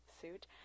suit